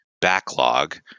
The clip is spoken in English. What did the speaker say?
backlog